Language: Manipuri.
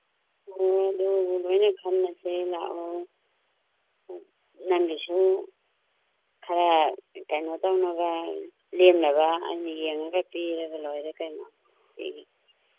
ꯑꯣ ꯑꯗꯨꯁꯨ ꯂꯣꯏꯅ ꯈꯟꯅꯁꯦ ꯂꯥꯛꯑꯣ ꯅꯪꯒꯤꯁꯨ ꯈꯔ ꯀꯩꯅꯣ ꯇꯧꯅꯕ ꯂꯦꯝꯅꯕ ꯑꯩ ꯌꯦꯡꯉꯒ ꯄꯤꯔꯒ ꯂꯣꯏꯔꯦ ꯀꯩꯅꯣ